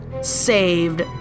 saved